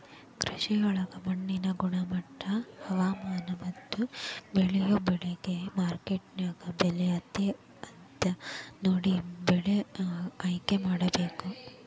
ಕೃಷಿಯೊಳಗ ಮಣ್ಣಿನ ಗುಣಮಟ್ಟ, ಹವಾಮಾನ, ಮತ್ತ ಬೇಳಿಯೊ ಬೆಳಿಗೆ ಮಾರ್ಕೆಟ್ನ್ಯಾಗ ಏನ್ ಬೆಲೆ ಐತಿ ಅಂತ ನೋಡಿ ಬೆಳೆ ಆಯ್ಕೆಮಾಡಬೇಕು